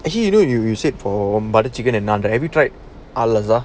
actually you know you you sit for butter chicken and have you tried